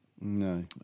No